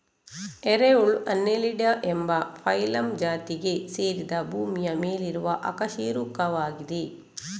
ಎರೆಹುಳು ಅನ್ನೆಲಿಡಾ ಎಂಬ ಫೈಲಮ್ ಜಾತಿಗೆ ಸೇರಿದ ಭೂಮಿಯ ಮೇಲಿರುವ ಅಕಶೇರುಕವಾಗಿದೆ